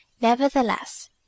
Nevertheless